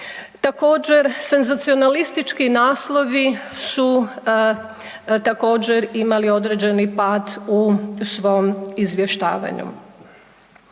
Također senzacionalistički naslovi su također imali određeni pad u svom izvještavanju.